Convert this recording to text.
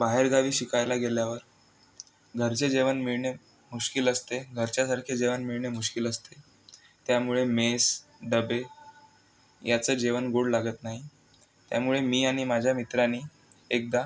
बाहेरगावी शिकायला गेल्यावर घरचे जेवन मिळने मुश्किल असते घरच्यासारखे जेवन मिळने मुश्किल असते त्यामुळे मेस डबे याचं जेवन गोड लागत नाही त्यामुळे मी आनि माझ्या मित्रानी एकदा